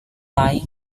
lying